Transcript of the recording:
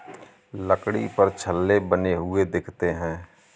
लकड़ी पर छल्ले बने हुए दिखते हैं